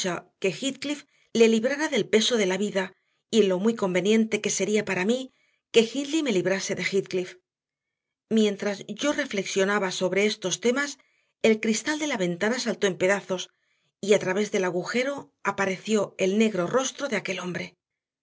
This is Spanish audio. que heathcliff le librara del peso de la vida y en lo muy conveniente que sería para mí que hindley me librase de heathcliff mientras yo reflexionaba sobre estos temas el cristal de la ventana saltó en pedazos y a través del agujero apareció el negro rostro de aquel hombre